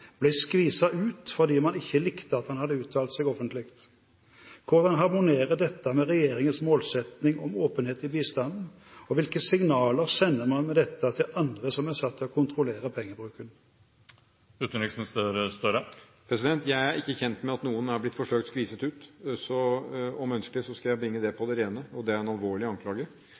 ble skviset ut fordi man ikke likte at han hadde uttalt seg offentlig. Hvordan harmonerer dette med regjeringens målsetting om åpenhet i bistanden, og hvilke signaler sender man med dette til andre som er satt til å kontrollere pengebruken? Jeg er ikke kjent med at noen er blitt forsøkt skviset ut. Om ønskelig skal jeg bringe det på det rene. Det er en alvorlig anklage.